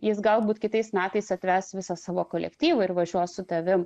jis galbūt kitais metais atves visą savo kolektyvą ir važiuos su tavim